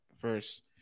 first